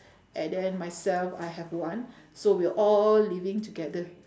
and then myself I have one so we are all living together